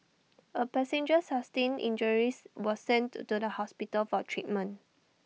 A passenger sustained injuries was sent to to the hospital for treatment